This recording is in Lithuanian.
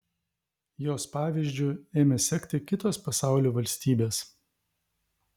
jos pavyzdžiu ėmė sekti kitos pasaulio valstybės